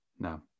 no